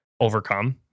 overcome